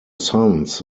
sons